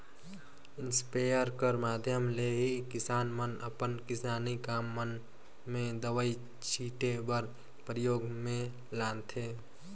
sprayer कर माध्यम ले ही किसान मन अपन किसानी काम मन मे दवई छीचे बर परियोग मे लानथे